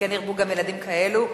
וכן ירבו גם ילדים כאלו.